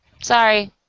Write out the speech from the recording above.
Sorry